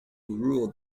ruled